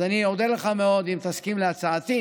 אז אני אודה לך מאוד אם תסכים להצעתי.